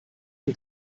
ein